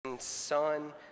Son